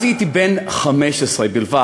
אז הייתי בן 15 בלבד.